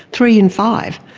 three in five.